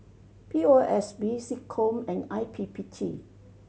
P O S B SecCom and I P P T